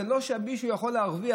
זה לא שמישהו יכול להרוויח.